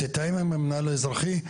תתאם עם המינהל האזרחי,